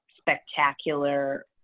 spectacular